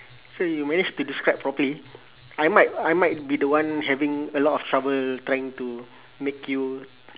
so you manage to describe properly I might I might be the one having a lot of trouble trying to make you